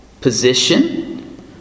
Position